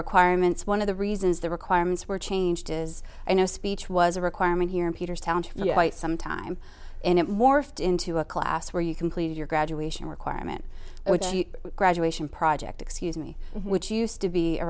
requirements one of the reasons the requirements were changed is i know speech was a requirement here in peter's talent for some time and it morphed into a class where you completed your graduation requirement graduation project excuse me which used to be a